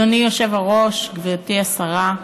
אדוני היושב-ראש, גברתי השרה,